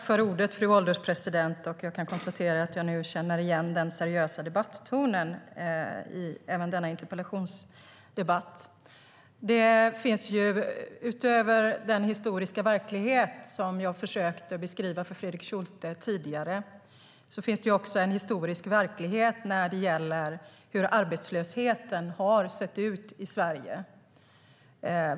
Fru ålderspresident! Jag kan konstatera att jag nu känner igen den seriösa debattonen även i denna interpellationsdebatt. Utöver den historiska verklighet som jag försökte beskriva för Fredrik Schulte tidigare finns det en historisk verklighet när det gäller hur arbetslösheten har sett ut i Sverige.